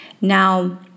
Now